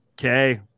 Okay